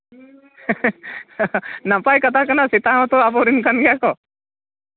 ᱦᱮᱸ ᱱᱟᱯᱟᱭ ᱠᱟᱛᱷᱟ ᱥᱮᱛᱟ ᱦᱚᱸᱛᱚ ᱟᱵᱚᱨᱮᱱ ᱠᱟᱱᱟ ᱠᱚ